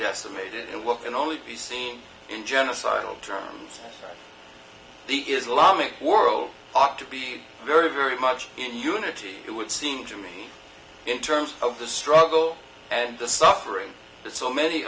decimated and what can only be seen in genocidal terms the islamic world ought to be very very much in unity it would seem to me in terms of the struggle and the suffering that so many